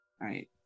right